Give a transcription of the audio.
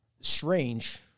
strange